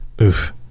Oof